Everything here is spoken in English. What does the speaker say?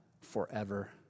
forever